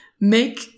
make